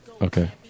Okay